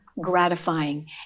gratifying